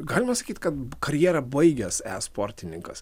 galima sakyt kad karjera baigės sportininkas